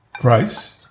price